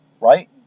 Right